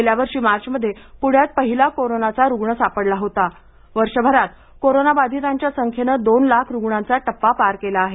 गेल्या वर्षी मार्च मध्ये प्ण्यात पहिला कोरोनाचा रूग्ण सापडला होता वर्षभरात कोरोनाबाधितांच्या संख्येने दोन लाख रूग्णांचा टप्पा पार केला आहे